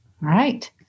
right